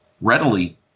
readily